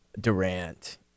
Durant